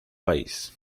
país